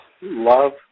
Love